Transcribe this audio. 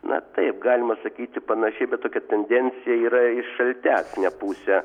na taip galima sakyti panaši bet tokia tendencija yra į šaltesnę pusę